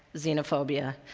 xenophobia,